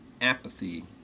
apathy